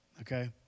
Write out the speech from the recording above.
Okay